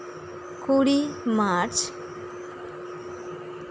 ᱠᱩᱲᱤ ᱢᱟᱨᱪ